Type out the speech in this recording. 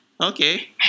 okay